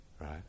Right